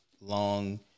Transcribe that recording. long